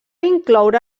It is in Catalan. incloure